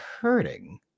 hurting